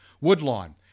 Woodlawn